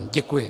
Děkuji.